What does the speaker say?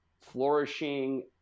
flourishing